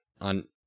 on